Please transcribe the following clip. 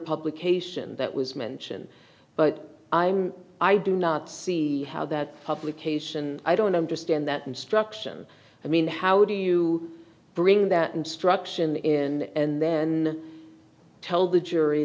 publication that was mentioned but i'm i do not see how that publication i don't understand that instruction i mean how do you bring that instruction in and then tell the jury